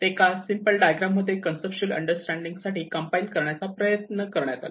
ते एका simple diagram मध्ये कन्सप्च्युअल अंडरस्टँडिंग साठी कंपाईल करण्याचा प्रयत्न करण्यात आला